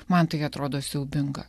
man tai atrodo siaubinga